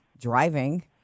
driving